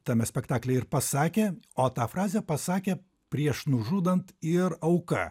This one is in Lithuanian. tame spektaklyje ir pasakė o tą frazę pasakė prieš nužudant ir auka